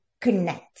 connect